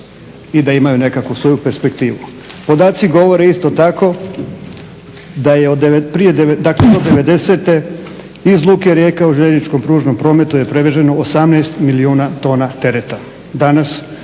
i da imaju nekakvu svoju perspektivu. Podaci govore isto tako da je do '90—e iz Luke Rijeka u željezničkom pružnom prometu je prevezeno 18 milijuna tona tereta.